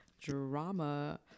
Drama